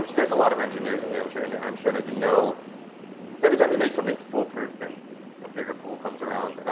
there's a lot of engineers in here and yeah i'm sure that you know every time you make something foolproof then a bigger fool comes around.